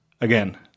Again